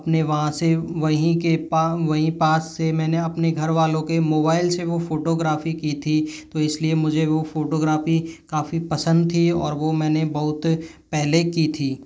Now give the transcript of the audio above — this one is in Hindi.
अपने वहाँ से वहीं के पास वहीं पास से मैंने अपने घरवालों के मोबाइल से वह फ़ोटोग्राफी की थी तो इसलिए मुझे वो फ़ोटोग्राफी काफी पसंद थी और वह मैंने बहुत पहले की थी